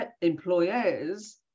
employers